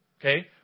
Okay